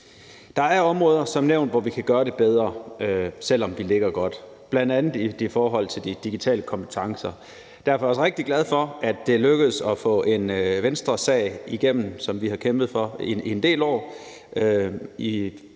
Der er som nævnt områder, hvor vi kan gøre det bedre, selv om vi ligger godt, og det er bl.a. i forhold til de digitale kompetencer. Derfor er jeg også rigtig glad for, at det er lykkedes at få en Venstresag igennem, som vi har kæmpet for en del år.